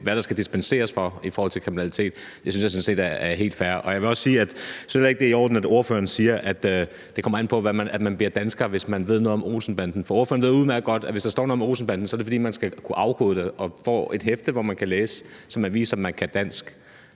hvad der skal dispenseres for i forhold til kriminalitet, synes jeg sådan set er helt fair. Jeg vil også sige, at jeg heller ikke synes, det er i orden, at ordføreren siger, at det for at blive dansker kommer an på, om man ved noget om Olsen-banden, for ordføreren ved udmærket godt, at hvis der står noget om Olsen-banden, er det, fordi man skal kunne afkode det og får et hæfte, man kan læse, så man kan vise, man kan dansk.